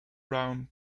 round